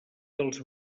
dels